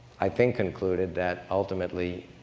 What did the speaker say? i think concluded that ultimately,